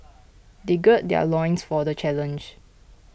they gird their loins for the challenge